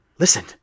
Listen